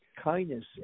kindness